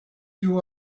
you